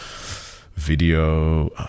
video